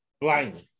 blindly